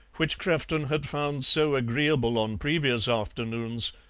which crefton had found so agreeable on previous afternoons,